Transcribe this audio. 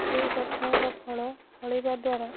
ସେଇ ଗଛର ଫଳ ଫଳିବା ଦ୍ୱାରା